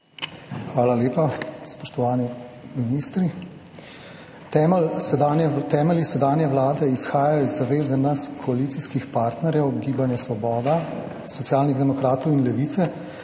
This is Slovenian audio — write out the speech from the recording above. Hvala lepa. Spoštovani ministri! Temelji sedanje vlade izhajajo iz zaveze nas koalicijskih partnerjev Gibanje Svoboda, Socialnih demokratov in Levice,